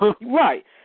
Right